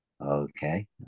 okay